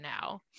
now